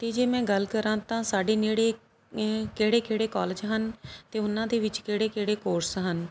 ਅਤੇ ਜੇ ਮੈਂ ਗੱਲ ਕਰਾਂ ਤਾਂ ਸਾਡੇ ਨੇੜੇ ਕਿਹੜੇ ਕਿਹੜੇ ਕੋਲਜ ਹਨ ਅਤੇ ਉਹਨਾਂ ਦੇ ਵਿੱਚ ਕਿਹੜੇ ਕਿਹੜੇ ਕੋਰਸ ਹਨ